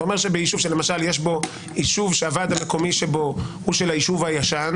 אתה אומר שיישוב שהוועד המקומי שבו הוא של היישוב הישן